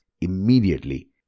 immediately